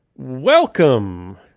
Welcome